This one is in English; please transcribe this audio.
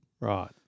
Right